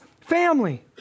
family